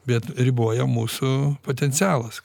bet riboja mūsų potencialas